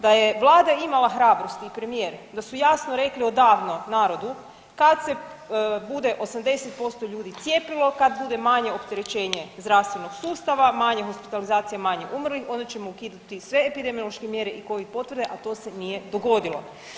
Da je Vlada imala hrabrosti i premijer, da su jasno rekli odavno narodu kad se bude 80% ljudi cijepilo, kad bude manje opterećenje zdravstvenog sustava, manje hospitalizacija, manje umrlih onda ćemo ukidati sve epidemiološke mjere i covid potvrde, a to se nije dogodilo.